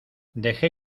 deje